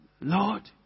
Lord